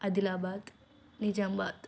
Adilabad Nizamabad